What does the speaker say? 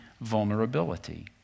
vulnerability